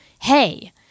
hey